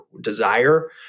desire